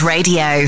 Radio